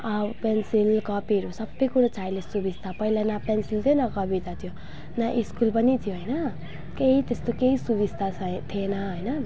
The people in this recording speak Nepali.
पेन्सिल कपीहरू सबै कुरोको छ अहिले सुविस्ता पहिला ना पेन्सिल थियो न कवि थियो न स्कुल पनि थियो होइन केही त्यस्तो केही सुविस्ता छै थिएन होइन